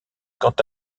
quant